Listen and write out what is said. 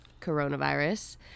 coronavirus